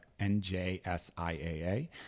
NJSIAA